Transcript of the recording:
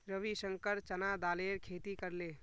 रविशंकर चना दालेर खेती करले